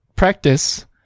practice